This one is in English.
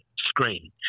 screen